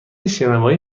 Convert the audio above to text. شنوایی